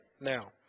now